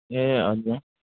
ए हजुर